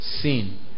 sin